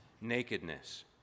nakedness